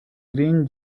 green